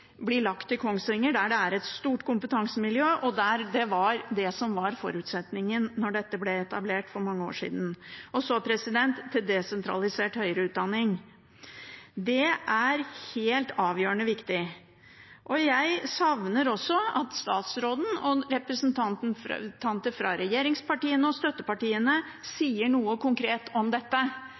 blir lagt til Kongsvinger, der det er et stort kompetansemiljø. Det var det som var forutsetningen da dette ble etablert for mange år siden. Så til desentralisert høyere utdanning, som er helt avgjørende viktig. Jeg savner også at statsråden og representanter fra regjeringspartiene og støttepartiene sier noe konkret om dette.